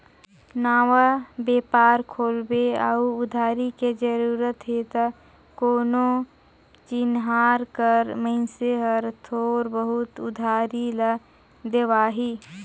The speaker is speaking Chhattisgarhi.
नवा बेपार खोलबे अउ उधारी के जरूरत हे त कोनो चिनहार कर मइनसे हर थोर बहुत उधारी ल देवाही